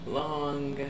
long